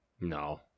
No